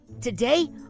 Today